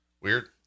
weird